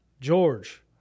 George